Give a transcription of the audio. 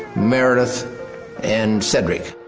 meredith and cedrick